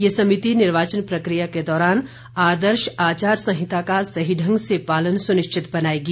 ये समिति निर्वाचन प्रक्रिया के दौरान आदर्श आचार संहिता का सही ढंग से पालन सुनिश्चित बनाएगी